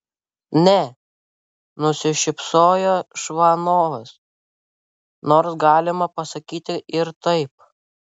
ne nusišypsojo čvanovas nors galima pasakyti ir taip